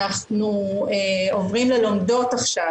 אנחנו עוברים ללומדות עכשיו,